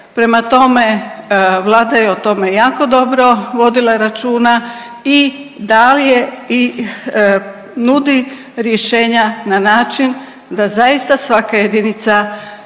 Prema tome, Vlada je o tome jako dobro vodila računa i … i nudi rješenja na način da zaista svaka jedinica